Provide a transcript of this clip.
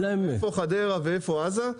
איפה אשקלון, איפה חדרה ואיפה עזה.